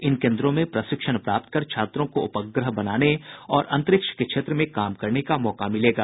इन केंद्रों में प्रशिक्षण प्राप्त कर छात्रों को उपग्रह बनाने और अंतरिक्ष के क्षेत्र में काम करने का मौका मिलेगा